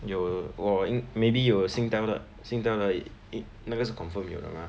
有我 maybe 有 Singtel 的 Singtel 的那个是 confirm 有的 mah